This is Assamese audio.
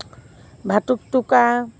ভাটুক টুকা